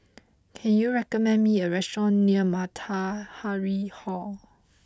can you recommend me a restaurant near Matahari Hall